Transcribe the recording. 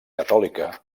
catòlica